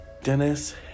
Dennis